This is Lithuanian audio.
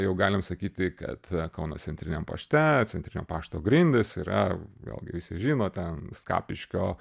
jau galim sakyti kad kauno centriniam pašte centrinio pašto grindys yra vėlgi visi žino ten skapiškio